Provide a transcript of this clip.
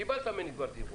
קיבלת ממני כבר דיווח.